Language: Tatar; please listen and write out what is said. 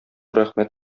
рәхмәт